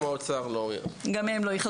גם האוצר לא יכעס.